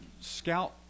Scout